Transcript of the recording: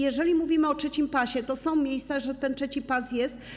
Jeżeli mówimy o trzecim pasie, to są miejsca, gdzie ten trzeci pas jest.